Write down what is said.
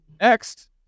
Next